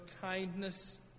kindness